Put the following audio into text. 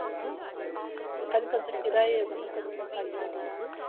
అవునా కానీ కొంచెం కిరాయి ఏమన్నా కొంచెం తగ్గించమను